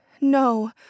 no